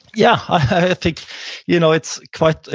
yeah. i think you know it's quite,